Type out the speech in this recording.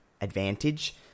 advantage